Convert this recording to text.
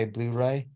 Blu-ray